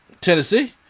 Tennessee